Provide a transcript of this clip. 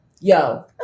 Yo